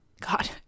God